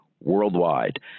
worldwide